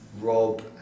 Rob